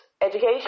education